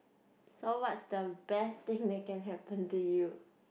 so what's the best thing that can happen to you